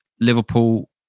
Liverpool